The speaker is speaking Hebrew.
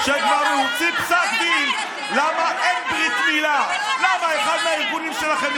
למה אתם לא מדברים?